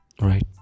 right